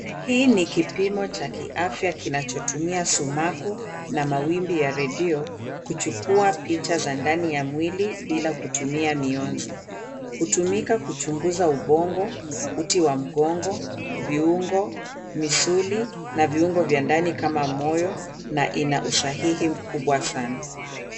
Hii ni kipimo cha kiafya kinachotumia sumaku na mawimbi ya redio kuchukua picha za ndani ya mwili bila kutumia mionzi. Hutumika kuchunguza ubongo, uti wa mgongo, viungo, misuli na viungo vya ndani kama moyo na ina usahihi mkubwa sana.